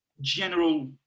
general